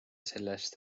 sellest